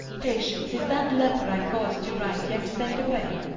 patience, is that letter i caus'd you write, yet sent away?